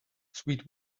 sweet